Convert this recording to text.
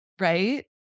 right